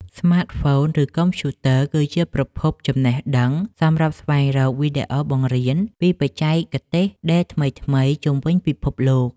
ស្មាតហ្វូន ឬកុំព្យូទ័រ គឺជាប្រភពចំណេះដឹងសម្រាប់ស្វែងរកវីដេអូបង្រៀនពីបច្ចេកទេសដេរថ្មីៗជុំវិញពិភពលោក។